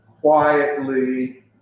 quietly